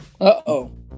uh-oh